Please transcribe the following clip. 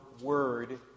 word